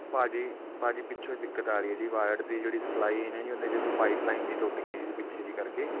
ਭਾਅ ਜੀ ਭਾਅ ਜੀ ਪਿੱਛੋਂ ਦਿੱਕਤ ਆ ਰਹੀ ਹੈ ਜੀ ਵਾਰਡ ਦੀ ਜਿਹੜੀ ਸਪਲਾਈ ਨਾ ਜੀ ਉਹਦੇ ਚ ਪਾਈਪਲਾਈਨ ਜੀ ਟੁੱਟ ਗਈ ਪਿੱਛੇ ਜੀ ਕਰਕੇ